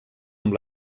amb